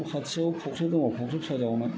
न'खाथिआव फख्रि दङ फख्रि फिसा जावनाय